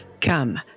Come